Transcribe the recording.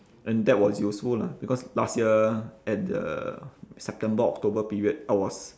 and that was useful lah because last year at the september october period I was